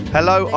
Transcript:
Hello